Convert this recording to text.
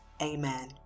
amen